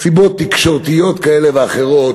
מסיבות תקשורתיות כאלה ואחרות: